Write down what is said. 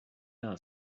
out